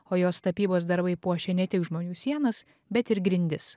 o jos tapybos darbai puošia ne tik žmonių sienas bet ir grindis